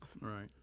Right